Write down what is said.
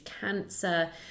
cancer